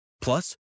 Plus